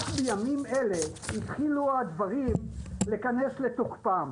רק בימים אלה התחילו הדברים להיכנס לתוקפם.